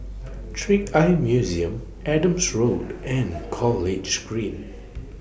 Trick Eye Museum Adam Drive and College Green